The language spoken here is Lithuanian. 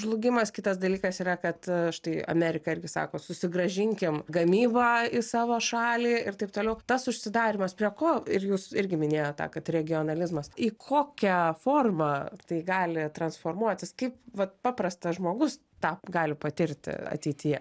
žlugimas kitas dalykas yra kad štai amerika irgi sako susigrąžinkim gamybą į savo šalį ir taip toliau tas užsidarymas prie ko ir jūs irgi minėjot tą kad regionalizmas į kokią formą tai gali transformuotis kaip vat paprastas žmogus tą gali patirti ateityje